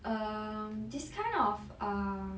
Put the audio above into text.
um I'm just kind of err